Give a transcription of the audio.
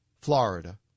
Florida